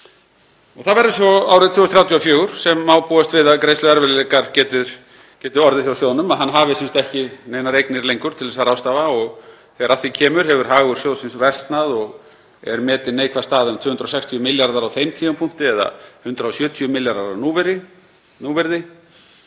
Það verður svo árið 2034 sem má búast við að greiðsluerfiðleikar geti orðið hjá sjóðnum, að hann hafi sem sagt ekki neinar eignir lengur til að ráðstafa. Þegar að því kemur hefur hagur sjóðsins versnað og er neikvæð staða metin um 260 milljarðar á þeim tímapunkti eða 170 milljarðar á núvirði,